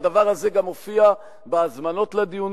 הדבר הזה גם מופיע בהזמנות לדיונים,